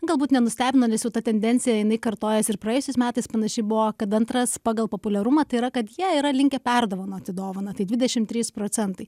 galbūt nenustebino nes jau ta tendencija jinai kartojasi ir praėjusiais metais panaši buvo kad antras pagal populiarumą tai yra kad jie yra linkę perdovanoti dovaną tai dvidešim trys procentai